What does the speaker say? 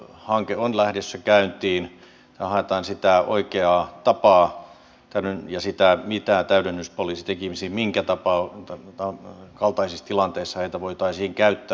lainsäädäntöhanke on lähdössä käyntiin ja tässä haetaan sitä oikeaa tapaa ja sitä mitä täydennyspoliisi tekisi minkä kaltaisissa tilanteissa heitä voitaisiin käyttää